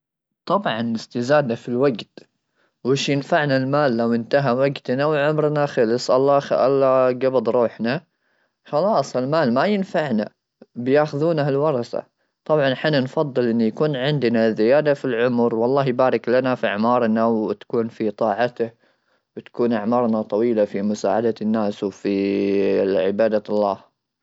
طبعا استزاده في الوقت وش ينفعنا المال لو انتهى وقتنا وعمرنا خلص الله قبض روحنا خلاص المال ما ينفعنا بياخذون الورثه طبعا احنا نفضل ان يكون عندنا زياده في العمر والله يبارك لنا في اعمارنا وتكون في طاعته وتكون اعمارنا طويله في مساعده الناس في العباده الله.